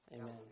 Amen